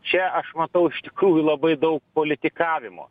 čia aš matau iš tikrųjų labai daug politikavimo